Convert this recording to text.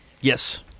Yes